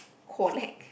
collect